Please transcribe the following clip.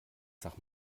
sag